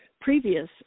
previous